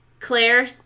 Claire